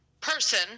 person